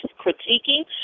critiquing